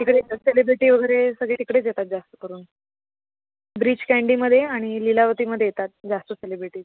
तिकडे सेलिब्रिटी वगैरे सगळे तिकडेच येतात जास्त करून ब्रीच कँडीमध्ये आणि लिलावतीमध्ये येतात जास्त सेलिब्रिटी